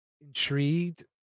intrigued